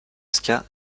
ska